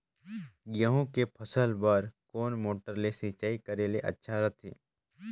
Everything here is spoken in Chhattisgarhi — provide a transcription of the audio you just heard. गहूं के फसल बार कोन मोटर ले सिंचाई करे ले अच्छा रथे?